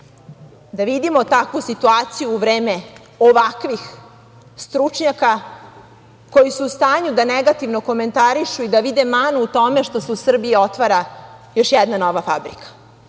da vidimo takvu situaciju u vreme ovakvih stručnjaka, koji su u stanju da negativno komentarišu i da vide manu u tome što se u Srbiji otvara još jedna nova